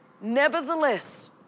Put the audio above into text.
nevertheless